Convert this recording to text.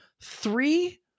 three